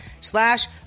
slash